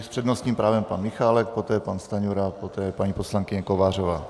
S přednostním právem pan Michálek, poté pan Stanjura, poté paní poslankyně Kovářová.